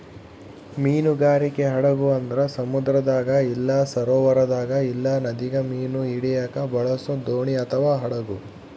ಮೀನುಗಾರಿಕೆ ಹಡಗು ಅಂದ್ರ ಸಮುದ್ರದಾಗ ಇಲ್ಲ ಸರೋವರದಾಗ ಇಲ್ಲ ನದಿಗ ಮೀನು ಹಿಡಿಯಕ ಬಳಸೊ ದೋಣಿ ಅಥವಾ ಹಡಗು